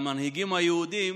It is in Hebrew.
המנהיגים היהודים